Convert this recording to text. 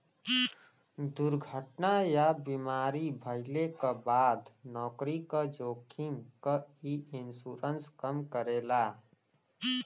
दुर्घटना या बीमारी भइले क बाद नौकरी क जोखिम क इ इन्शुरन्स कम करेला